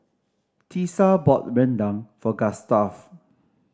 Tisa bought rendang for Gustaf